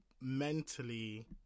mentally